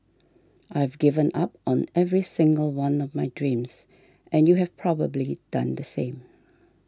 I've given up on every single one of my dreams and you have probably done the same